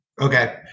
Okay